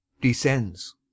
Descends